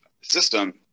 system